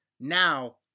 Now